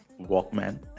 Walkman